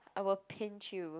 I will pinch you